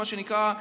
מה שנקרא,